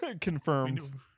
Confirmed